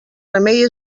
remei